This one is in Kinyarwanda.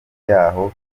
y’aho